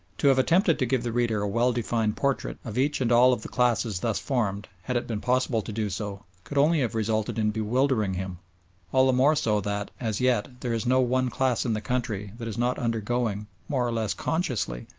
to have attempted to give the reader a well-defined portrait of each and all of the classes thus formed had it been possible to do so could only have resulted in bewildering him all the more so that, as yet, there is no one class in the country that is not undergoing, more or less consciously,